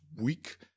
week